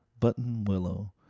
Buttonwillow